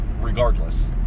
regardless